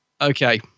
Okay